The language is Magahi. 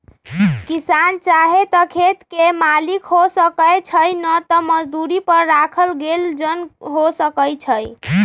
किसान चाहे त खेत के मालिक हो सकै छइ न त मजदुरी पर राखल गेल जन हो सकै छइ